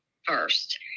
First